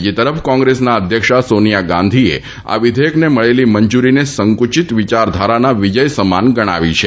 બીજી તરફ કોંગ્રેસના અધ્યક્ષા સોનિયા ગાંધીએ આ વિધેયકને મળેલી મંજુરીને સંકુચિત વિયારધારાના વિજયસમાન ગણાવી છે